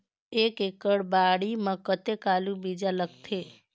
एक एकड़ बाड़ी मे कतेक आलू बीजा लगथे?